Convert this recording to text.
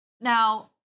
now